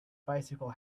bicycle